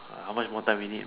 how much more time we need